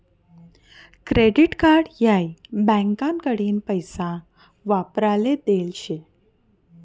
credit card हाई बँकाकडीन पैसा वापराले देल शे